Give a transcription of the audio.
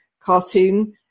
cartoon